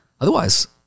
Otherwise